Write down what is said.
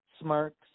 smirks